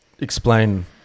explain